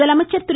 முதலமைச்சர் திரு